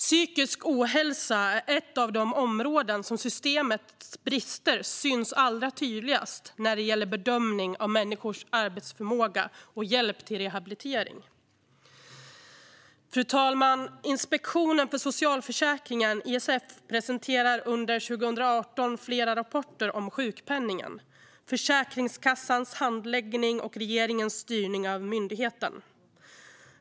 Psykisk ohälsa är ett av de områden där systemets brister syns allra tydligast när det gäller bedömning av människors arbetsförmåga och hjälp till rehabilitering. Fru talman! Inspektionen för socialförsäkringen, ISF, presenterade under 2018 flera rapporter om sjukpenningen, Försäkringskassans handläggning och regeringens styrning av myndigheten.